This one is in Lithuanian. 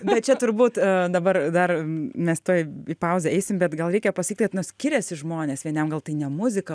bet čia turbūt a dabar dar mes tuoj į pauzę eisim bet gal reikia pasakyt kad nu skiriasi žmonės vieniem gal tai ne muzika